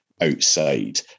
outside